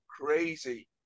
crazy